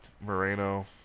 Moreno